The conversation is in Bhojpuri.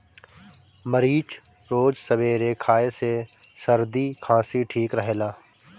मरीच रोज सबेरे खाए से सरदी खासी ठीक रहेला